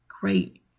great